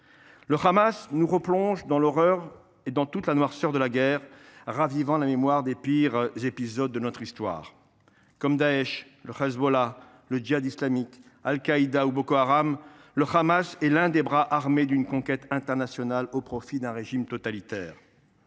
Le Hamas nous replonge dans toute la noirceur de la guerre, ravivant la mémoire des pires épisodes de notre Histoire. Comme Daech, le Hezbollah, le Djihad islamique, Al Qaïda ou Boko Haram, le Hamas est l’un des bras armés d’une conquête internationale au profit d’un régime totalitaire.